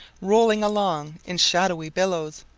rolling along in shadowy billows,